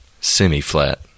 Semi-flat